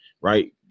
right